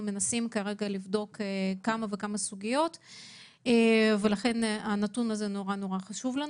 מנסים לבדוק כמה סוגיות והנתון הזה מאוד חשוב לנו.